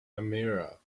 amira